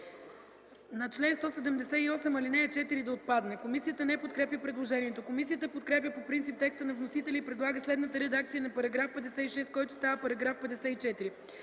„На чл. 178, ал. 4 да отпадне”. Комисията не подкрепя предложението. Комисията подкрепя по принцип текста на вносителя и предлага следната редакция на § 56, който става § 54: „§ 54.